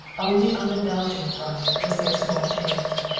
only on the belgian front was there small change.